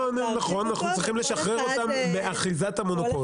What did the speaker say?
אנחנו צריכים לשחרר אותם מאחיזת המונופול